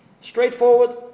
Straightforward